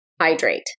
hydrate